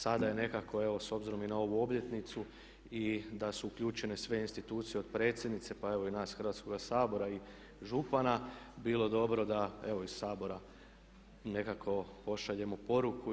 Sada je nekako evo s obzirom i na ovu obljetnicu i da su uključene sve institucije od predsjednice, pa evo i nas Hrvatskoga sabora i župana bilo dobro da evo iz Sabora nekako pošaljemo poruku.